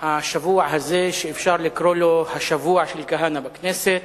השבוע הזה, שאפשר לקרוא לו השבוע של כהנא בכנסת,